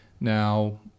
Now